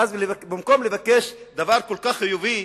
ואז במקום לבקש דבר כל כך חיובי,